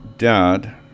Dad